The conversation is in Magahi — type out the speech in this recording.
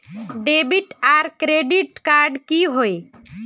डेबिट आर क्रेडिट कार्ड की होय?